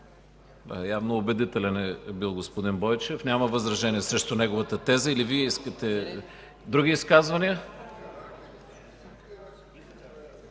Явно убедителен е бил господин Бойчев, няма възражения срещу неговата теза. Има ли други изказвания?